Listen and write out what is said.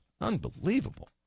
Unbelievable